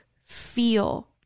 feel